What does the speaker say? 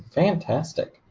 fantastic.